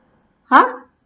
!huh!